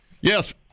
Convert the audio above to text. Yes